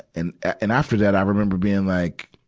and, and after that, i remember being like,